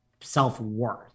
self-worth